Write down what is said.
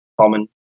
common